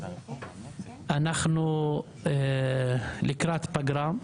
אנחנו לקראת פגרה,